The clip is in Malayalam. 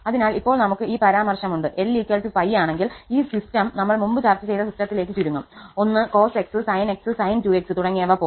അതിനാൽ ഇപ്പോൾ നമുക്ക് ഈ പരാമർശമുണ്ട് 𝑙 𝜋 ആണെങ്കിൽ ഈ സിസ്റ്റം നമ്മൾ മുമ്പ് ചർച്ച ചെയ്ത സിസ്റ്റത്തിലേക്ക് ചുരുങ്ങും 1 cos 𝑥 sin 𝑥 sin 2𝑥 തുടങ്ങിയവ പോലെ